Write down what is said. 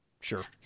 sure